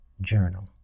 journal